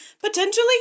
potentially